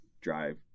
drive